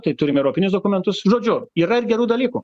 tai turim europinius dokumentus žodžiu yra gerų dalykų